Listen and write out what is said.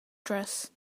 dress